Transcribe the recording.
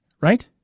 right